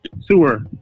sewer